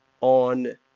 on